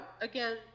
Again